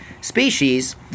Species